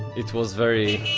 it was very